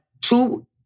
two